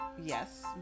Yes